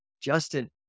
Justin